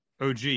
OG